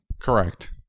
Correct